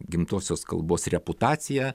gimtosios kalbos reputaciją